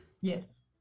Yes